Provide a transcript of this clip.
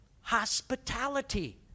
hospitality